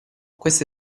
questa